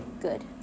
Good